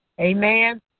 Amen